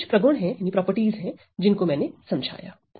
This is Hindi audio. यह कुछ प्रगुण हैं जिनको मैंने समझाया